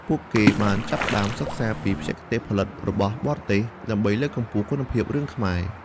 ពួកគេបានចាប់ផ្តើមសិក្សាពីបច្ចេកទេសផលិតរបស់បរទេសដើម្បីលើកកម្ពស់គុណភាពរឿងខ្មែរ។